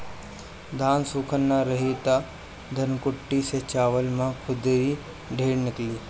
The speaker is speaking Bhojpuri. धान सूखल ना रही त धनकुट्टी से चावल में खुद्दी ढेर निकली